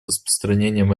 распространением